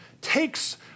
takes